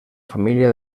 família